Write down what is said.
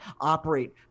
operate